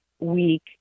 week